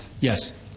yes